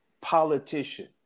politician